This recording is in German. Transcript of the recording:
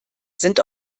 sind